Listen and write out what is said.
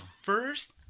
first